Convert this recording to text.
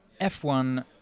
F1